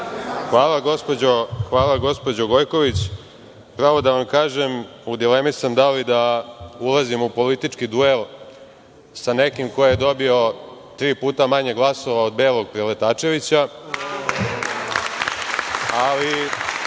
Hvala, gospođo Gojković. Pravo da vam kažem, u dilemi sam da li da ulazim u politički duel sa nekim ko je dobio tri puta manje glasova od Belog Preletačevića. Ali,